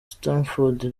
stamford